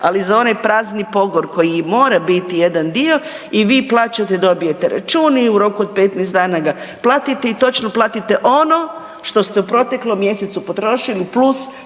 ali za onaj prazni pogon koji mora biti jedan dio i vi plaćate i dobijete račun i u roku od 15 dana ga platite i točno platite ono što ste u proteklom mjesecu potrošili plus